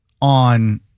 on